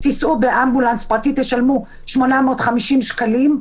שיסעו באמבולנס פרטי ותשלמו 850 שקלים.